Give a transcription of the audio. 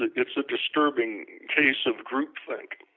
it's a disturbing case of group thinking